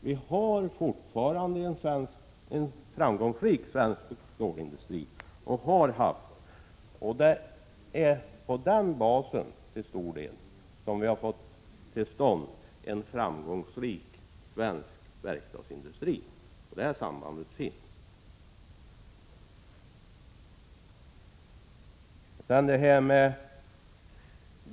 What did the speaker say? Vi har fortfarande en framgångsrik svensk stålindustri, och det är till stor del på den basen som vi har fått till stånd en framgångsrik svensk verkstadsindustri. Sammanhanget finns.